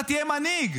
אתה תהיה מנהיג,